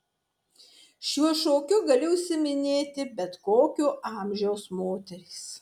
šiuo šokiu gali užsiiminėti bet kokio amžiaus moterys